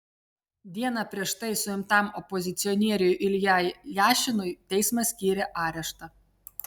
dieną prieš tai suimtam opozicionieriui iljai jašinui teismas skyrė areštą